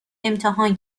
امتحان